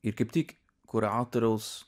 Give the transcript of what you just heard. ir kaip tik kuratoriaus